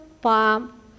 palm